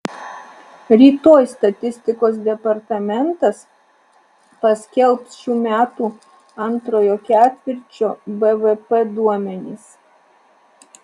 rytoj statistikos departamentas paskelbs šių metų antrojo ketvirčio bvp duomenis